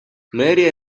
мэрия